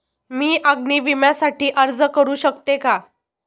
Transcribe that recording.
मी अग्नी विम्यासाठी अर्ज करू शकते का?